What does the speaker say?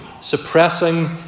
suppressing